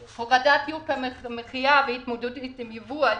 להורדת יוקר המחיה והתמודדות עם ייבוא על